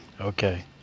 Okay